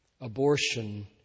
abortion